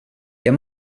jag